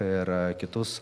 ir kitus